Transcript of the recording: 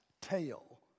tail